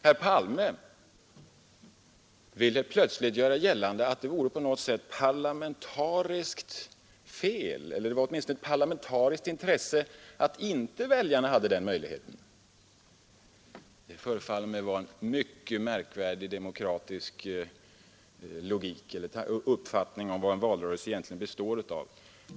Herr Palme ville plötsligt göra gällande att det var ett parlamentariskt intresse att väljarna inte hade den möjligheten att ta ställning i val. Det förefaller mig vara en mycket märkvärdig uppfattning om vad en valrörelse egentligen består av.